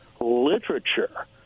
literature